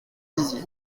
dizier